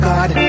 God